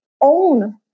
own